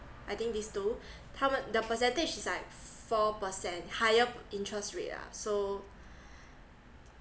I think these two 他们 the percentage is like four percent higher interest rate ah so